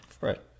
right